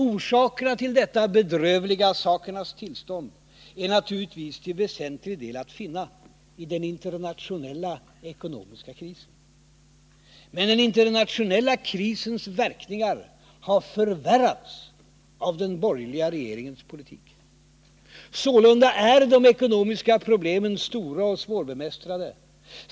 Orsakerna till detta bedrövliga sakernas tillstånd är naturligtvis till väsentlig del att finna i den internationella ekonomiska krisen. Men den internationella krisens verkningar har förvärrats av den borgerliga regeringens politik. Sålunda är de ekonomiska problemen stora och svårbemästrade.